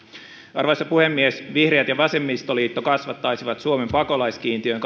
arvoisa puhemies vihreät ja vasemmistoliitto kasvattaisivat suomen pakolaiskiintiön